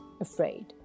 afraid